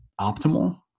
optimal